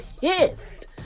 pissed